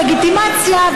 לגיטימציה,